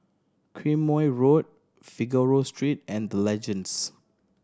Quemoy Road Figaro Street and The Legends